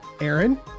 aaron